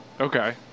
Okay